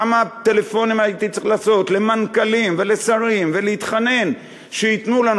כמה טלפונים הייתי צריך לעשות למנכ"לים ולשרים ולהתחנן שייתנו לנו.